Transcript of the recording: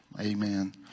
Amen